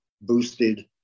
boosted